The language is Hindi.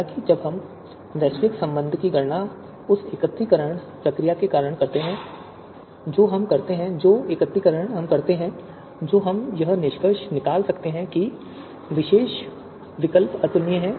हालाँकि जब हम वैश्विक संबंध की गणना उस एकत्रीकरण प्रक्रिया के कारण करते हैं जो हम करते हैं जो एकत्रीकरण हम करते हैं तो हम यह निष्कर्ष निकाल सकते हैं कि विशेष विकल्प अतुलनीय हैं